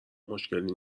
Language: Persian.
مشکلی